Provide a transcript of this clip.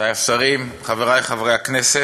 השרים, חברי חברי הכנסת,